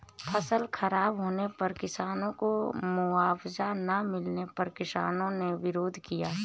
फसल खराब होने पर किसानों को मुआवजा ना मिलने पर किसानों ने विरोध किया